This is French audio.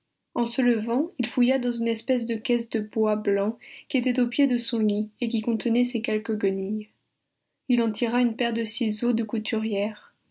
en se levant il fouilla dans une espèce de caisse de bois blanc qui était au pied de son lit et qui contenait ses quelques guenilles il en tira une paire de ciseaux de couturière